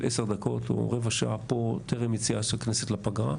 עשר דקות או רבע שעה פה טרם יציאה של הכנסת לפגרה,